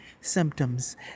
symptoms